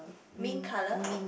mint color